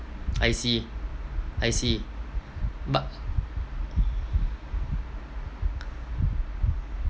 I see I see but